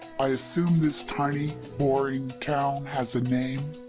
i assume this tiny, boring town has a name?